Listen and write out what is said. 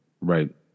Right